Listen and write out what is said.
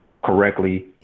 correctly